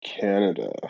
canada